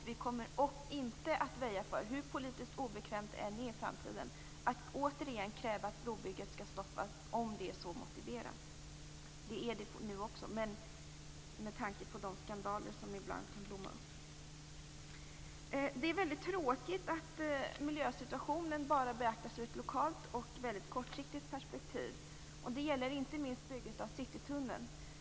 Vi kommer inte att väja för - hur politiskt obekvämt det än är i framtiden - att återigen kräva att brobygget måste stoppas om det är motiverat. Det är det också nu, med tanke på de skandaler som ibland kan blomma upp. Det är väldigt tråkigt att miljösituationen enbart beaktas lokalt och i ett mycket kortsiktigt perspektiv. Det gäller inte minst bygget av Citytunneln.